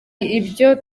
ibyo